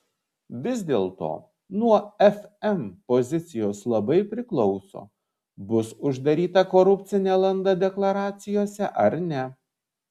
vis dėlto nuo fm pozicijos labai priklauso bus uždaryta korupcinė landa deklaracijose ar ne